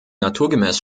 naturgemäß